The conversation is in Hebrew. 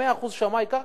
100% שמאי קרקע,